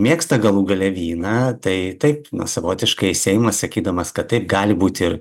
mėgsta galų gale vyną tai taip savotiškai seimas sakydamas kad taip gali būti ir